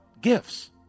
gifts